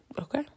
Okay